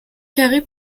carré